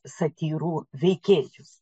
satyrų veikėjus